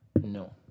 No